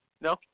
No